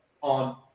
on